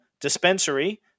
dispensary